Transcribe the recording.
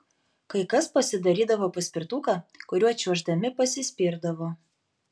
kai kas pasidarydavo paspirtuką kuriuo čiuoždami pasispirdavo